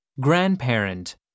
Grandparent